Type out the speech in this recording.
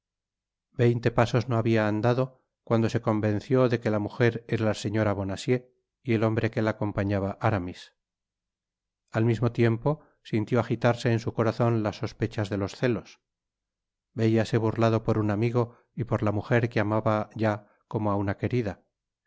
veinte pasos no habia andado cuando se convenció de que la mujer era la señora bonacieux y el hombre que la acompañaba aramis al mismo tiempo sintió agitarse en su corazon las sospechas de los celos veiase burtado por ub amigo y por la mujer que amaba ya como á una querida